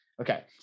Okay